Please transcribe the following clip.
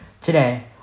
Today